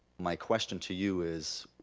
my question to you is,